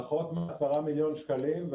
פחות מעשרה מיליון שקלים.